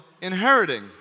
inheriting